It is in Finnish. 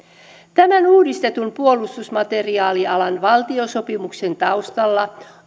tämän uudistetun puolustusmateriaalialan valtiosopimuksen taustalla